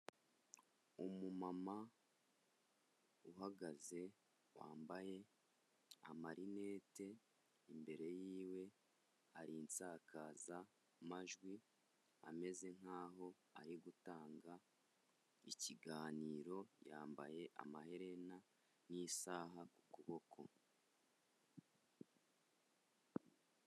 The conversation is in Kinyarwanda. Umumama uhagaze wambaye amarinete imbere yiwe hari insakazamajwi, ameze nk'aho ari gutanga ikiganiro yambaye amaherena n'isaha ku kuboko.